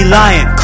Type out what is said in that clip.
lying